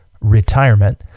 retirement